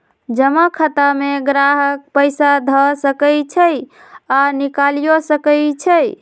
जमा खता में गाहक पइसा ध सकइ छइ आऽ निकालियो सकइ छै